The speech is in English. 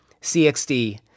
Cxd